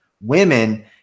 Women